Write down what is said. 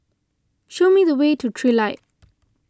show me the way to Trilight